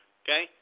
okay